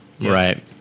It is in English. Right